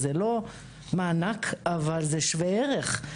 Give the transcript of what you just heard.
זה לא מענק אבל זה שווה ערך.